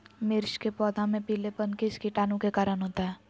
मिर्च के पौधे में पिलेपन किस कीटाणु के कारण होता है?